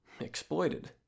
exploited